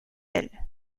elle